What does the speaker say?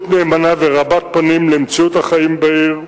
נאמנה ורבת-פנים למציאות החיים בעיר,